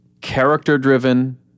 character-driven